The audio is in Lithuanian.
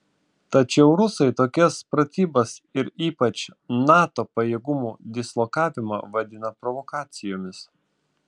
tačiau rusai tokias pratybas ir ypač nato pajėgumų dislokavimą vadina provokacijomis